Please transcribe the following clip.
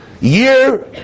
Year